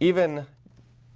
even